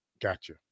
Gotcha